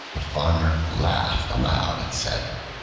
the farmer laughed aloud and said,